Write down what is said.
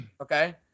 Okay